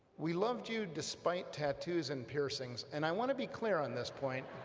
we loved you despite tattoos and piercings and i want to be clear on this point,